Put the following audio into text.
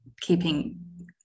keeping